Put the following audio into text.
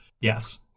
Yes